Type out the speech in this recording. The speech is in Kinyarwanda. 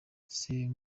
uduce